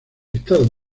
estado